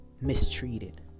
mistreated